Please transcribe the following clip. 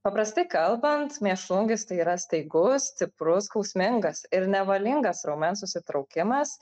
paprastai kalbant mėšlungis tai yra staigus stiprus skausmingas ir nevalingas raumens susitraukimas